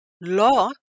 law